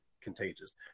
contagious